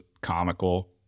comical